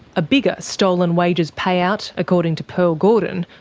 a bigger stolen wages payout, according to pearl gordon,